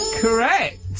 Correct